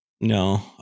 No